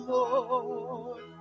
Lord